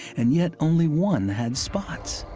and yet only one had spots.